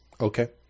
Okay